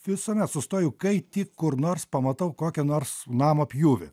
visuomet sustoju kai tik kur nors pamatau kokio nors namo pjūvį